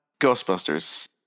Ghostbusters